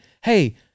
hey –